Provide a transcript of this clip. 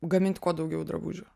gaminti kuo daugiau drabužių